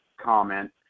comment